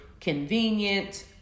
convenient